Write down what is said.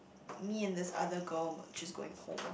me and this other girl she's going home